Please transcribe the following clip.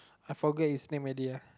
I forget his name already ah